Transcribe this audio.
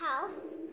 house